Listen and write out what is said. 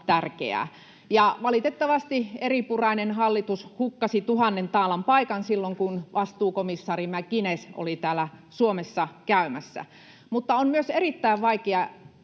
Valitettavasti eripurainen hallitus hukkasi tuhannen taalan paikan silloin, kun vastuukomissaari McGuinness oli täällä Suomessa käymässä. Mutta on myös erittäin vaikea